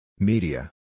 Media